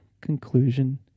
conclusion